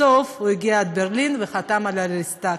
בסוף הוא הגיע עד ברלין וחתם על הרייכסטאג.